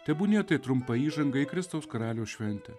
tebūnie tai trumpa įžanga į kristaus karaliaus šventę